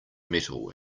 metal